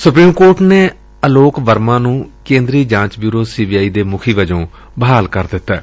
supreme court ਨੇ ਅਲੋਕ ਵਰਮਾ ਨੂੰ ਕੇ ਂਦਰੀ ਜਾਂਚ ਬਿਊਰੋ ਸੀ ਬੀ ਆਈ ਦੇ ਮੁਖੀ ਵਜੋਂ ਬਹਾਲ ਕਰ ਦਿੱਤੈ